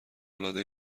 العاده